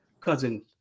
cousin